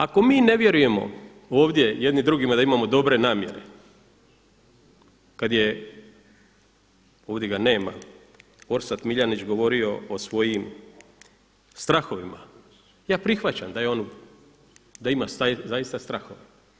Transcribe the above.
Ako mi ne vjerujemo ovdje jedni drugima da imamo dobre namjere kad je ovdje ga nema Orsat Miljanić govorio o svojim strahovima ja prihvaćam da je on, da ima zaista strahove.